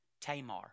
Tamar